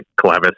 clevis